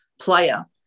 player